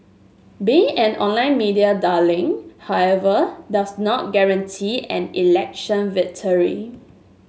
being an online media darling however does not guarantee an election victory